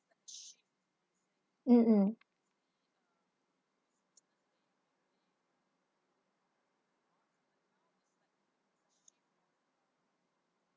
mm